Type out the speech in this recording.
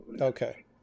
Okay